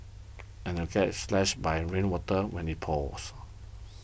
and you'd get slashed by rainwater when it pours